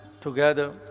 together